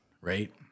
right